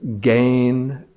gain